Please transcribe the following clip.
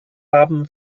haben